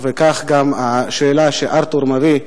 וכך גם השאלה שארתור מביא,